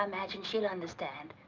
imagine she'll understand.